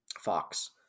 Fox